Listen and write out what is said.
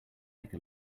take